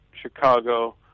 Chicago